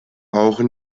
auch